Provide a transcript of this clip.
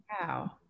Wow